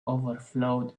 overflowed